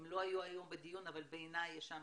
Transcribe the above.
הם לא היו היום בדיון, אבל בעיניי יש שם